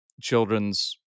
children's